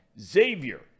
Xavier